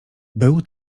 był